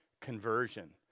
conversion